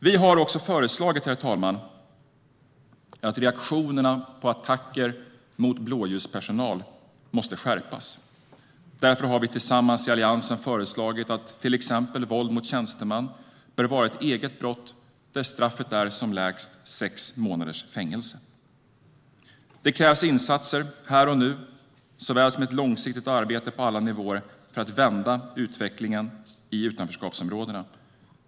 Vi har också föreslagit, herr talman, att reaktionerna på attacker mot blåljuspersonal måste skärpas. Därför har vi tillsammans i Alliansen föreslagit att till exempel våld mot tjänsteman bör vara ett eget brott, där straffet som lägst är sex månaders fängelse. Det krävs insatser här och nu såväl som ett långsiktigt arbete på alla nivåer för att vända utvecklingen i utanförskapsområdena.